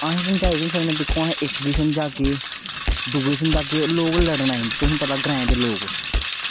अस समझाई निं सकदे दिक्खो आं अस इक गी समझागे दुए गी समझागे लोग लड़न आई जंदे ते तुसेंगी पता ग्रांऐं दे लोग